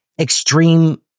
extreme